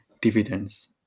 dividends